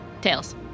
Tails